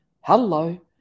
Hello